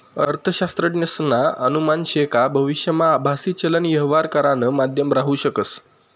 अर्थशास्त्रज्ञसना अनुमान शे का भविष्यमा आभासी चलन यवहार करानं माध्यम राहू शकस